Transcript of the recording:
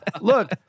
look